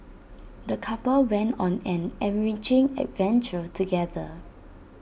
the couple went on an enriching adventure together